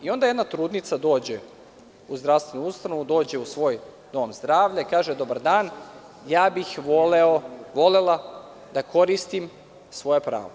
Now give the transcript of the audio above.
Na primer, jedna trudnica dođe u zdravstvenu ustanovu, dođe u svoj dom zdravlja i kaže – dobar dan, ja bih volela da koristim svoja prava.